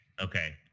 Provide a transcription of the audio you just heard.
Okay